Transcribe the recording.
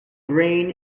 grain